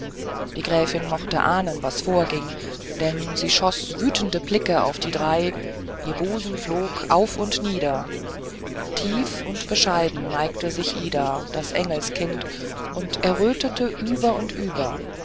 kreis die gräfin mochte ahnen was vorging denn sie schoß wütende blicke auf die drei ihr busen flog auf und nieder tief und bescheiden neigte sich ida das engelskind und errötete über und über